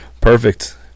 Perfect